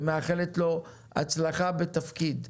ומאחלת לו הצלחה בתפקיד.